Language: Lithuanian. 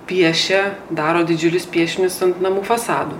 piešia daro didžiulius piešinius ant namų fasadų